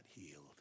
healed